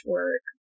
work